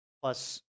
Plus